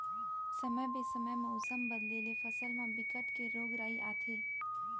समे बेसमय मउसम बदले ले फसल म बिकट के रोग राई आथे